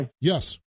Yes